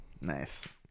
nice